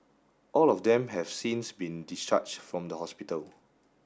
all of them have since been discharged from the hospital